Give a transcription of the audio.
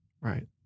right